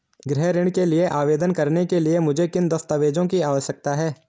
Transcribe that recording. गृह ऋण के लिए आवेदन करने के लिए मुझे किन दस्तावेज़ों की आवश्यकता है?